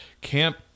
Camp